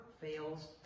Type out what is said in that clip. fails